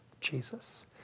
Jesus